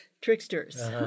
tricksters